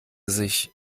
sich